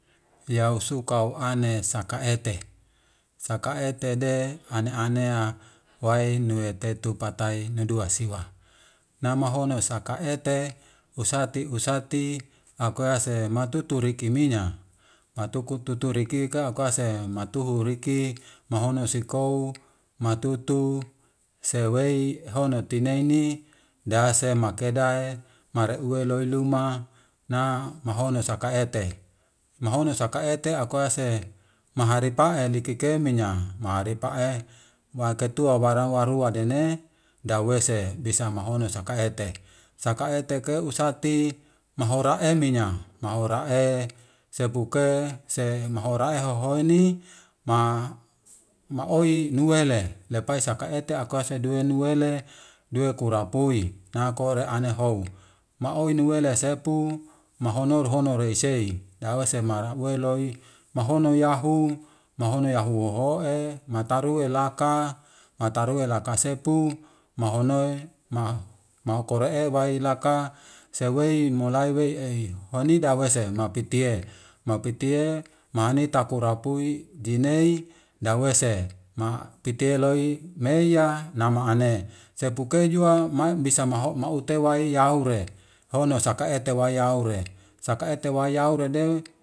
Yausukau ane saka ete, saka etede ane anea miai nue tetu patai nuduwa siwa, nama honu saka ete usatu usati akuese matutu rekimina, matutu rikika akuase matuhu riki nohonu sikou matutu sewei hoho tineini dahase makeda mareuwe loiluma na mhonu saka ete, mahonu saka ete akuase maharipae liki kaminya maaripae makai tua wara warua dene dawese bisa mahonu saka ete. Saka eteke usati mahora eminya mahorae sepuke se mahora ehohoini maoiy nuele lepai saka eti akuase duwe nuele duwe kura pui nakoe ane hou, mao nueli sepu mahono hono rei sei dawese ma weiloi mahono yahu mahono yahu hohoe matarue laka, matarue laka sepu mahonoe ma kore ebai laka sewei molai weieiy honi dawse ma pitie, mapitie manitakura pui dinei dawese ma pitie loi meiya nama ane sepuke jua ma bisa maho maute wai yaure hono saka ete wai yaure saka ete wayaurede.